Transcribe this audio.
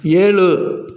ஏழு